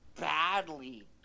badly